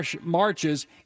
marches